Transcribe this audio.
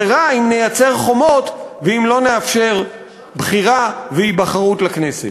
זה רע אם נייצר חומות ואם לא נאפשר בחירה והיבחרות לכנסת.